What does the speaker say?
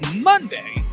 Monday